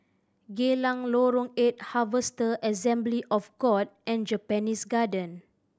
Geylang Lorong Eight Harvester Assembly of God and Japanese Garden